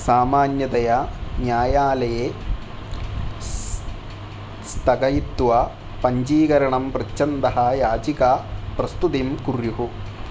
सामान्यतया न्यायालये स्थगयित्वा पञ्जीकरणं पृच्छन्तः याचिकाप्रस्तुतिं कुर्युः